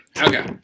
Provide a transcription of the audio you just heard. Okay